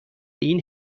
این